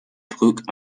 broek